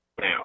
now